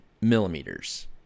millimeters